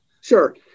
Sure